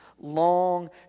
long